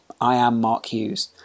IamMarkHughes